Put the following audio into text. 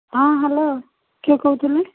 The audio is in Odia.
ହଁ ହ୍ୟାଲୋ କିଏ କହୁଥିଲେ